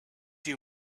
you